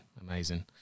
amazing